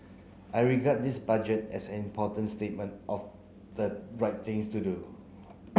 I regard this Budget as an important statement of the right things to do